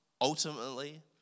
ultimately